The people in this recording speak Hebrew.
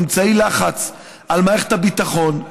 אמצעי לחץ על מערכת הביטחון,